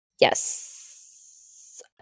Yes